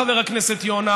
חבר הכנסת יונה,